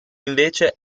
invece